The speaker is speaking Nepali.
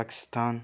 पाकिस्तान